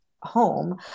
home